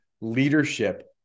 leadership